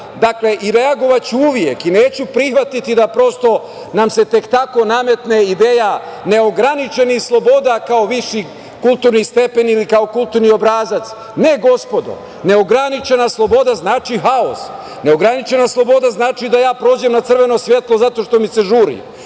sloboda i reagovaću uvek i neću prihvatiti da, prosto, nam se tek tako nametne ideja neograničenih sloboda kao viši kulturni stepen ili kao kulturni obrazac. Ne, gospodo, neograničena sloboda znači haos. Neograničena sloboda znači da ja prođem na crveno svetlo zato što mi se žuri.